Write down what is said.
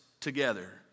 together